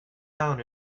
down